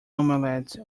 omelette